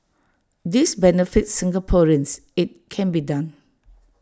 this benefits Singaporeans IT can be done